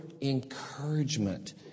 encouragement